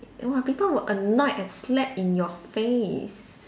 eh !wah! people will annoyed and slap in your face